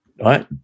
right